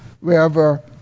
wherever